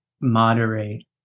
moderate